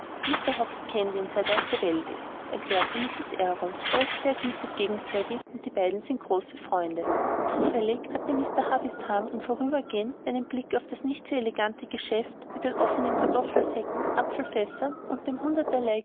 mr hobbs kennt ihn seit er auf der welt ist erklärte mrs errol er ist sehr gütig gegen ceddie und die beiden sind große freunde zufällig hatte mr havisham im vorüberfahren einen blick auf das nicht sehr elegante geschäft mit den offnen kartoffelsäcken apfelfässern und dem hunderterlei